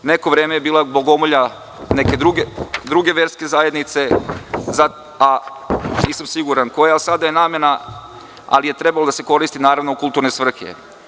Neko vreme je bila bogomolja neke druge verske zajednice, nisam siguran koje, ali je trebalo da se koristi, naravno, u kulturne svrhe.